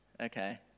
Okay